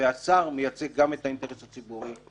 והשר מייצג גם את האינטרס הציבורי,